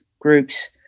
groups